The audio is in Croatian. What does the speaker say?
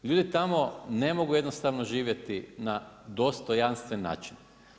Ljudi tamo ne mogu jednostavno živjeti na dostojanstven način.